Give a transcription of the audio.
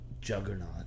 juggernaut